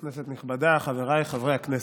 כנסת נכבדה, חבריי חברי הכנסת,